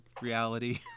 reality